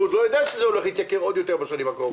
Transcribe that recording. הוא עוד לא יודע שזה הולך להתייקר עוד יותר בשנים הקרובות.